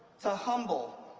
to humble,